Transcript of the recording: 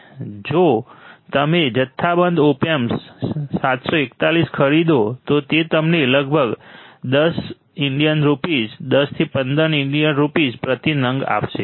જો તમે જથ્થાબંધમાં ઓપ એમ્પ 741 ખરીદો તો તે તમને લગભગ 10 INR 10 થી 15 INR પ્રતિ નંગ આપશે